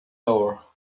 ore